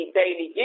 daily